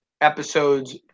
episodes